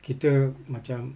kita macam